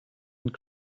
and